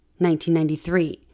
1993